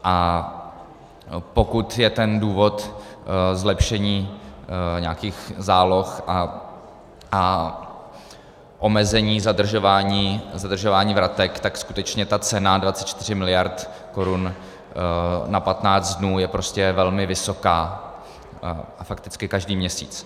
A pokud je ten důvod zlepšení nějakých záloh a omezení zadržování vratek, tak skutečně ta cena 24 miliard korun na 15 dnů je prostě velmi vysoká a fakticky každý měsíc.